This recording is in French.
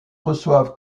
reçoivent